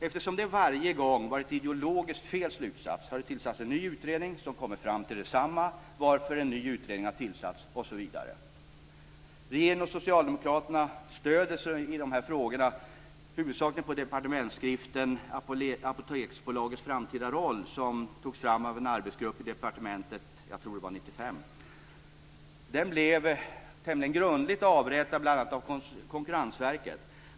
Eftersom detta varje gång varit ideologiskt fel slutsats har det tillsatts en ny utredning, som kommit fram till detsamma, varför en ny utredning tillsatts, osv. Regeringen och socialdemokraterna stöder sig i dessa frågor huvudsakligen på departementsskriften Apoteksbolagets framtida roll som togs fram av en arbetsgrupp i departementet - jag tror det var 1995. Den blev grundligt avrättad, bl.a. av Konkurrensverket.